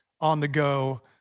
on-the-go